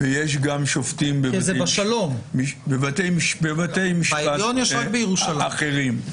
ויש גם שופטים בבתי משפט אחרים.